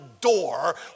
door